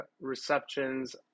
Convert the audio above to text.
receptions